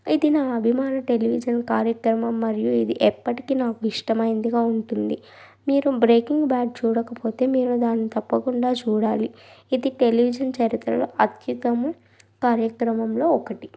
అయితే నా అభిమాన టెలివిజన్ కార్యక్రమం మరియు ఇది ఎప్పటికీ నాకు ఇష్టమైందిగా ఉంటుంది మీరు బ్రేకింగ్ బ్యాడ్ చూడకపోతే మీరు దాన్ని తప్పకుండా చూడాలి ఇది టెలివిషన్ చరిత్రలో అత్యకము కార్యక్రమంలో ఒకటి